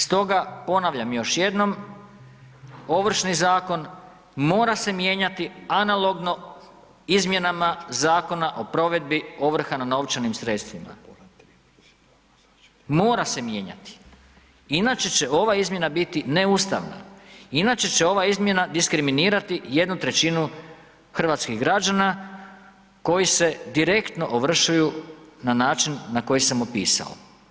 Stoga ponavljam još jedno, Ovršni zakon mora se mijenjati analogno izmjena Zakona o provedbi ovrha na novčanim sredstvima mora se mijenjati, inače će ova izmjena biti neustavna, inače će ova izmjena diskriminirati jednu trećinu hrvatskih građana koji se direktno ovršuju na način na koji sam opisao.